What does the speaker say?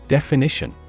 Definition